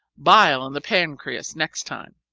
bile and the pancreas next time.